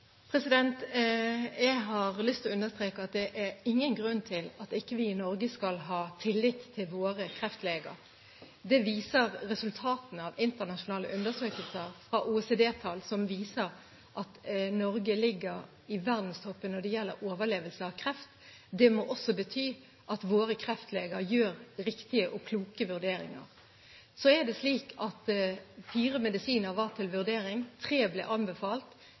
Jeg har lyst til å understreke at det er ingen grunn til at vi i Norge ikke skal ha tillit til våre kreftleger. Det viser resultatene av internasjonale undersøkelser; OECD-tall viser at Norge ligger i verdenstoppen når det gjelder overlevelse av kreft. Det må bety at våre kreftleger gjør riktige og kloke vurderinger. Så er det slik at fire medisiner var til vurdering. Tre ble anbefalt.